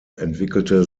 entwickelte